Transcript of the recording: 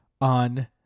on